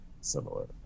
similar